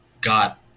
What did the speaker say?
got